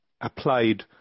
applied